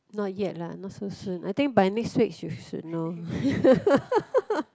not yet lah not so soon I think by next week she should know